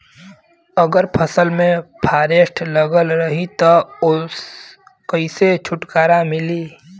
अगर फसल में फारेस्ट लगल रही त ओस कइसे छूटकारा मिली?